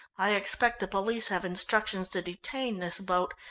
i expect the police have instructions to detain this boat,